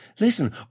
Listen